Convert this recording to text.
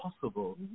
possible